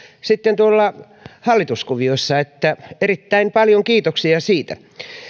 sitten tuolla hallituskuvioissa erittäin paljon kiitoksia siitä